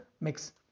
MIX